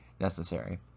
necessary